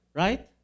right